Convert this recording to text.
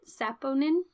saponin